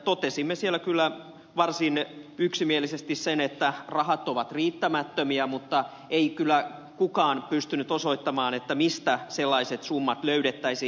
totesimme siellä kyllä varsin yksimielisesti sen että rahat ovat riittämättömiä mutta ei kyllä kukaan pystynyt osoittamaan mistä sellaiset summat löydettäisiin